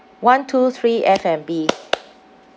one two three F&B